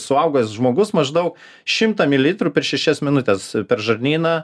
suaugęs žmogus maždaug šimtą mililitrų per šešias minutes per žarnyną